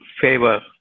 favor